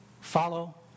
Follow